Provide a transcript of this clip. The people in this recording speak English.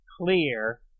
clear